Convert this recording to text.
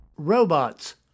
Robots